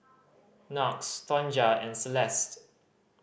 Knox Tonja and Celeste